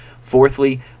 Fourthly